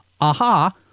Aha